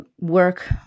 work